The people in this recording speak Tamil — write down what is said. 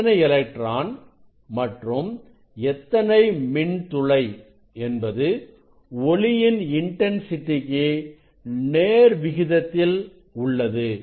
எத்தனை எலக்ட்ரான் மற்றும் எத்தனை மின்துளை என்பது ஒளியின் இன்டன்சிட்டிக்கு நேர் விகிதத்தில் உள்ளது